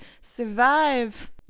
survive